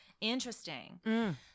Interesting